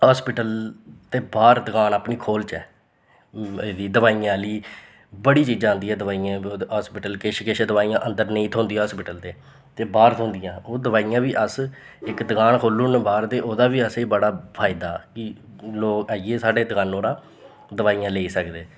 hospital दे बाह्र दकान अपनी खोलचै एहदी दवाइयें आह्ली बड़ी चीज़ां आंदी दवाइयें हॉस्पिटल किश किश दवाइयां अंदर नेईं थ्होंंदिायां हॉस्पिटल दे ते ओह् बाह्र थ्होंंदियां ओह् दवाइयां बी अस इक दकान खोलो ओड़न बाह्र ते ओह्दा बी असेंगी बड़ा फायदा कि लोग आइयै साढ़ी दकानै परा दवाइयां लेई सकदे